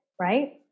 right